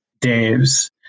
Dave's